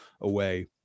away